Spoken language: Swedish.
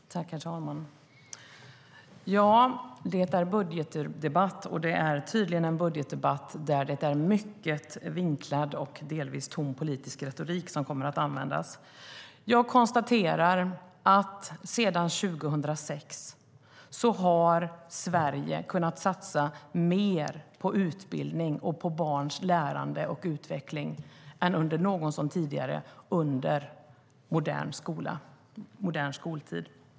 Herr talman! Ja, det är budgetdebatt, och det är tydligen en budgetdebatt där mycket vinklad och delvis tom politisk retorik kommer att användas. Sedan 2006 har Sverige kunnat satsa mer på utbildning och på barns lärande och utveckling än någonsin tidigare under modern skoltid.